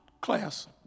Class